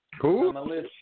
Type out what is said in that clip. Cool